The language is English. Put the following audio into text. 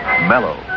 mellow